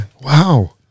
Wow